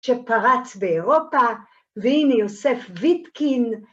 שפרץ באירופה, והנה יוסף ויטקין.